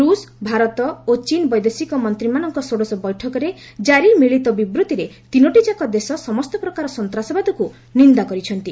ରୁଷ ଭାରତ ଓ ଚୀନ୍ ବୈଦେଶିକ ମନ୍ତ୍ରୀମାନଙ୍କ ଷୋଡ଼ଶ ବୈଠକରେ କାରି ମିଳିତ ବିବୃତ୍ତିରେ ତିନୋଟିଯାକ ଦେଶ ସମସ୍ତ ପ୍ରକାର ସନ୍ତାସବାଦକୁ ନିନ୍ଦା କରିଛନ୍ତି